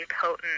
potent